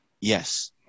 yes